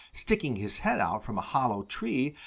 sticking his head out from a hollow tree,